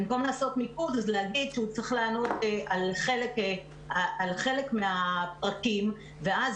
במקום לעשות מיקוד להגיד שהוא צריך לענות על חלק מהפרקים ואז